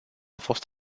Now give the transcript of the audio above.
fost